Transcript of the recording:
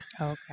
Okay